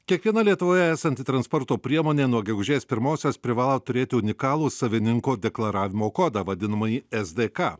kiekviena lietuvoje esanti transporto priemonė nuo gegužės pirmosios privalo turėti unikalų savininko deklaravimo kodą vadinamąjį es dė ka